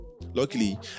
Luckily